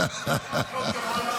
תקבל.